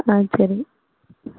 ஆ சரி